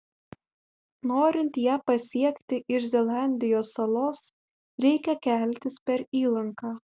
norint ją pasiekti iš zelandijos salos reikia keltis per įlanką